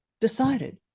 decided